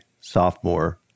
sophomore